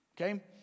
Okay